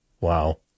Wow